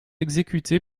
exécuté